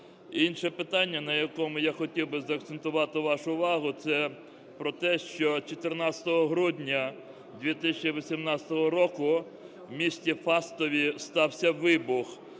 Інше питання, на якому я хотів би закцентувати вашу увагу, це про те, що 14 грудня 2018 року у місті Фастові стався вибух